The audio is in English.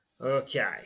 okay